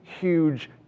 huge